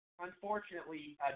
unfortunately